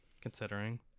Considering